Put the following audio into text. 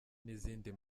n’izindi